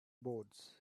boards